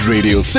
Radio